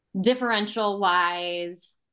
Differential-wise